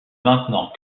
maintenant